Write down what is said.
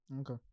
Okay